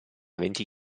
venti